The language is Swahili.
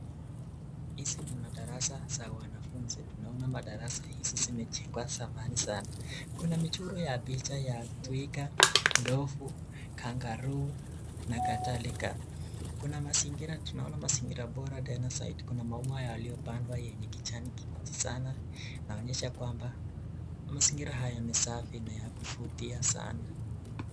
Hizi ni madarasa za wanafunzi. Tunaona madarasa hizi zimejengwa zamani sanaa. Kuna michoro ya picha ya twiga, ndovu kangaroo na kadhalika. Kuna mazingira, tunaona mazingira bora tena zaidi. Kuna maua yaliyopandwa yenye kijani kibichi sanaa. Inaonyesha kwamba, mazingira haya ni safi, na ya kuvutia sanaa.